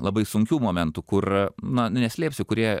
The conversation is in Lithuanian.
labai sunkių momentų kur na neslėpsiu kurie